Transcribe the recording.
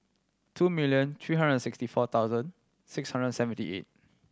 two million three hundred and sixty four thousand six hundred and seventy eight